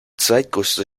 zweitgrößte